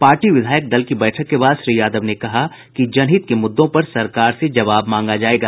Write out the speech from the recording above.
party विधायक दल की बैठक के बाद श्री यादव ने कहा कि जनहित के मुद्दों पर सरकार से जवाब मांगा जायेगा